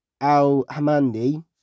Al-Hamandi